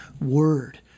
word